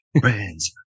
friends